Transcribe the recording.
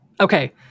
Okay